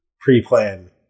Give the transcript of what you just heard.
pre-plan